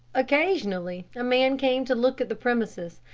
occasionally, a man came to look at the premises,